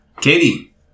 Katie